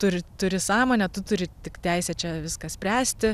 turi turi sąmonę tu turi tik teisę čia viską spręsti